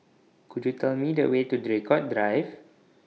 Could YOU Tell Me The Way to Draycott Drive